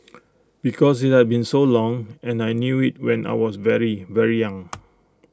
because IT had been so long and I knew IT when I was very very young